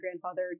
grandfather